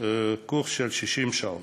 קורס של 60 שעות.